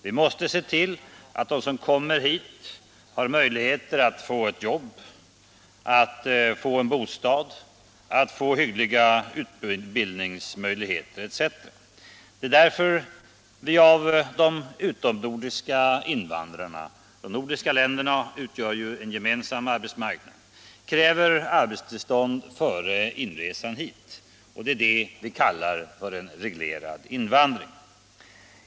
Vi måste se till att de som kommer hit har möjligheter att få jobb, bostad, hygglig utbildning etc. Det är därför vi av de utomnordiska invandrarna — de nordiska länderna utgör ju en gemensam arbetsmarknad — kräver arbetstillstånd före inresan hit. Det är detta vi kallar en reglerad invandring.